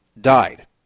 Died